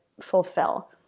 fulfill